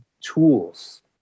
tools